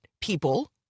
people